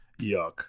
Yuck